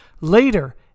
Later